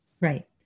Right